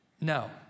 no